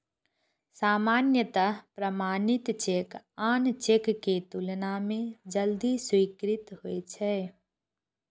सामान्यतः प्रमाणित चेक आन चेक के तुलना मे जल्दी स्वीकृत होइ छै